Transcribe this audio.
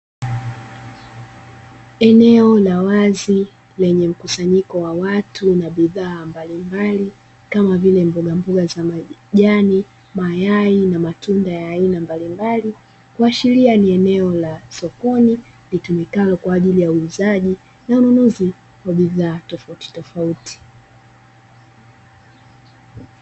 Eneo la wazi lenye mkusanyiko wa watu na bidhaa mbalimbali kama vile mbogamboga za majani, mayai na matunda ya aina mbalimbali kuashiria ni eneo la sokoni litumikalo kwa ajili ya uuzaji na ununuzi wa bidhaa tofautofauti.